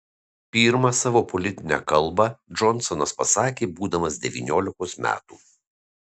pirmą savo politinę kalbą džonsonas pasakė būdamas devyniolikos metų